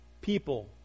people